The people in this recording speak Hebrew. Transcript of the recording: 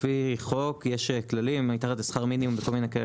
לפי החוק מתחת לשכר מינימום וכל מיני כאלה,